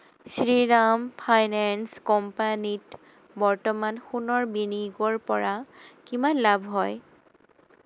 Shriram finance কোম্পানীত বৰ্তমান সোণৰ বিনিয়োগৰ পৰা কিমান লাভ হয়